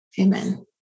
Amen